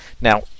Now